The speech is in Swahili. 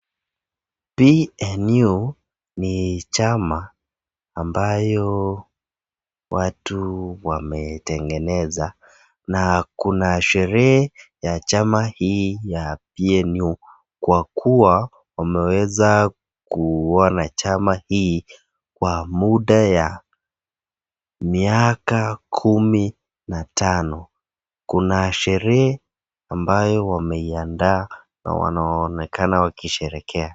Hii eneo ni chama ambayo watu wametengeneza na kuna sherehe ya chama hii ya PNU kwa kuwa wameweza kuwa na chama hii kwa muda ya miaka kumi na tano kuna sherehe ambayo wameiandaa na wanaonekana wakisherehekea.